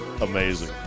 amazing